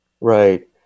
Right